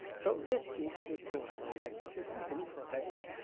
so this is the torso length. if you're going to look for a backpack,